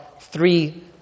three